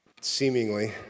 seemingly